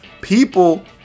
people